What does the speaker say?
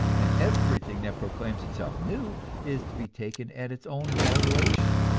and everything that proclaims itself new is to be taken at its own valuation.